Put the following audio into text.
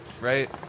right